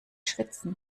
schwitzen